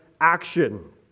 action